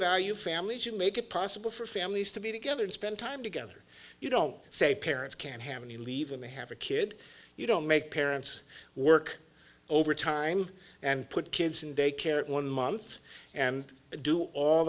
value families you make it possible for families to be together to spend time together you don't say parents can't have and you leave and they have a kid you don't make parents work over time and put kids in daycare one month and do all